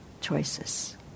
choices